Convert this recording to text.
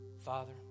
father